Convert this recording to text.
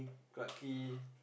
Clarke Quay